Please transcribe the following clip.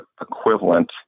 equivalent